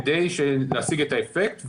כדי להשיג את האפקט.